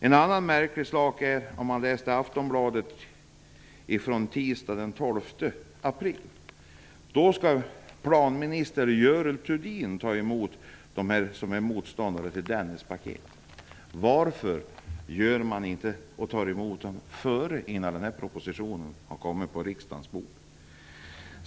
En annan märklig sak framgår av Aftonbladet från tisdagen den 12 april. Enligt tidningen skall planminister Görel Thurdin ta emot dem som är motståndare till Dennispaketet. Varför tog man inte emot dem innan propositionen lades fram på riksdagens bord?